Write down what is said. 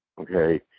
okay